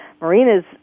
Marina's